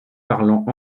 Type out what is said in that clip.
parlant